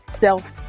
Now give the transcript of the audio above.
self